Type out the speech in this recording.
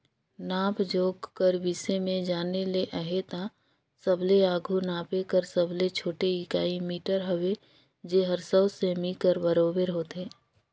नाप जोख कर बिसे में जाने ले अहे ता सबले आघु नापे कर सबले छोटे इकाई मीटर हवे जेहर सौ सेमी कर बराबेर होथे